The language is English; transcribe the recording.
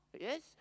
Yes